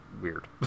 weird